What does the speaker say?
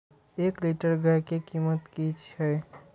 एक लीटर गाय के कीमत कि छै?